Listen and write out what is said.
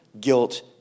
guilt